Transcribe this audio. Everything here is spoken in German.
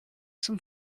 zum